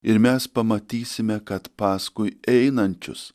ir mes pamatysime kad paskui einančius